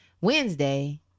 Wednesday